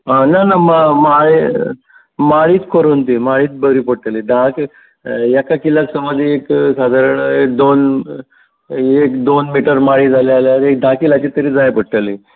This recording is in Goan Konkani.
आं ना ना मा माळी माळीच करून दी माळीच बरी पडटली धा एका किलाक समज एक साधरण दोन एक दोन भितर माळी जाली जाल्यार एक धा किलाची तरी जाय पडटली